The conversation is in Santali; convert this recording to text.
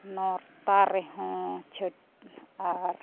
ᱱᱟᱨᱛᱟ ᱨᱮᱦᱚᱸ ᱟᱨ